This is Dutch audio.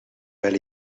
wel